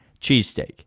cheesesteak